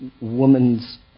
woman's